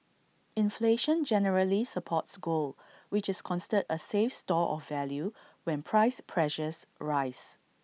inflation generally supports gold which is considered A safe store of value when price pressures rise